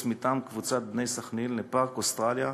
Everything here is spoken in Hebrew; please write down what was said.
מטעם קבוצת "בני סח'נין" לפארק אוסטרליה,